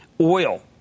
Oil